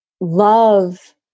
love